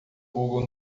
google